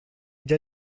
già